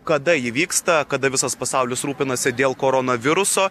kada ji vyksta kada visas pasaulis rūpinasi dėl koronaviruso